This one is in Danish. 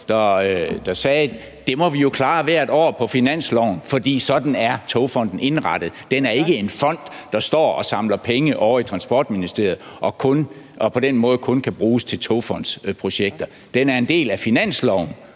der sagde: Det må vi jo klare hvert år på finansloven. Sådan er Togfonden DK indrettet. Den er ikke en fond, der står og samler penge ovre i Transportministeriet og på den måde kun kan bruges til Togfonden DK-projekter. Den er en del af finansloven,